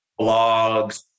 blogs